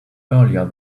earlier